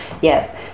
yes